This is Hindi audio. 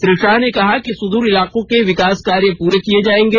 श्री शाह ने कहा कि सुदूर इलाकों के विकास कार्य पूरे किए जाएंगे